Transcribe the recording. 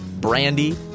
Brandy